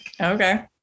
Okay